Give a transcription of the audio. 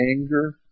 anger